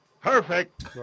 Perfect